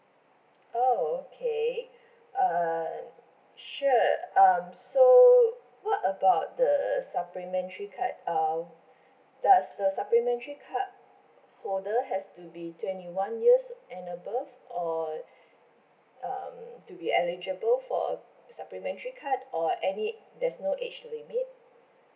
oh okay uh sure um so what about the supplementary card um does the supplementary card holder has to be twenty one years and above or um to be eligible for a supplementary card or any there's no age limit